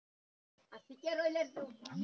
call লল লিলে সেট প্যত্তেক মাসে সুদ ভ্যইরতে হ্যয়